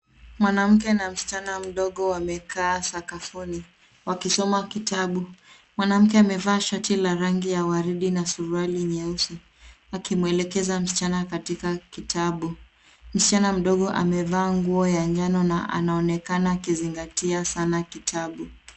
Mwanamke na msichana mdogo wamekaa sakafuni. Mwanamke amevaa shati la rangi ya waridi na suruali ya rangi nyeusi. Akimwelekeza msichana katika kitabu. Msichana mdogo amevaa nguo ya njano na anaonekana akizingatia sana kitabu.